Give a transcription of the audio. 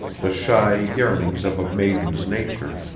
the shy yearnings of a maiden's nature,